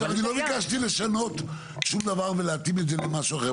אבל אני לא ביקשתי לשנות שום דבר ולהתאים את זה למשהו אחר,